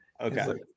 Okay